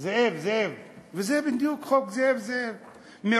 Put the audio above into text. "זאב, זאב"; וזה בדיוק חוק "זאב, זאב".